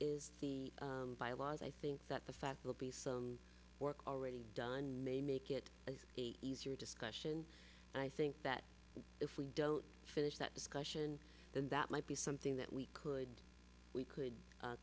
is the byelaws i think that the fact will be some work already done may make it as a easier discussion and i think that if we don't finish that discussion then that might be something that we could we could